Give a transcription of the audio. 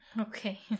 okay